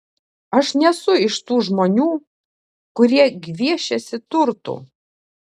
aš nesu iš tų žmonių kurie gviešiasi turtų